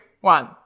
one